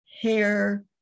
hair